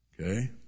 Okay